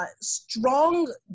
Strong